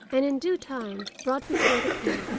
and in due time brought before the king.